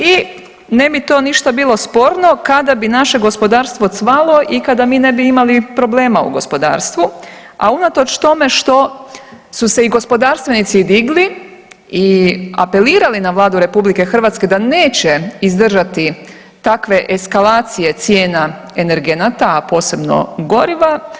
I ne bi to ništa bilo sporno kada bi naše gospodarstvo cvalo i kada mi ne bi imali problema u gospodarstvu, a unatoč tome što su se i gospodarstvenici digli i apelirali na Vladu Republike Hrvatske da neće izdržati takve eskalacije cijena energenata, a posebno goriva.